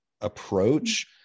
approach